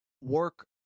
work